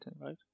right